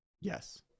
yes